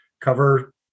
cover